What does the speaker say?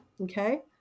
okay